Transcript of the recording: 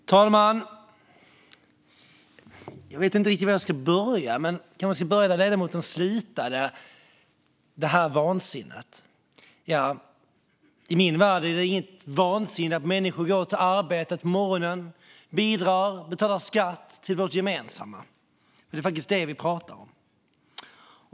Fru talman! Jag vet inte riktigt var jag ska börja men kanske där ledamoten slutade, med "detta vansinne". I min värld är det inget vansinne att människor går till arbetet på morgonen, bidrar och betalar skatt till vårt gemensamma. Det är faktiskt det vi pratar om.